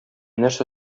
нәрсә